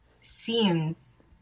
seems